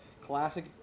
Classic